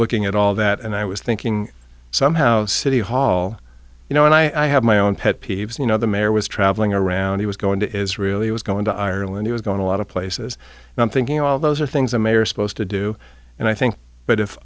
looking at all that and i was thinking somehow city hall you know and i have my own pet peeves you know the mayor was traveling around he was going to israel he was going to ireland he was going a lot of places and i'm thinking all those are things that mayor supposed to do and i think but if